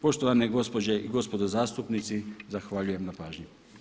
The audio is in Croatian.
Poštovane gospođe i gospodo zastupnici, zahvaljujem na pažnji.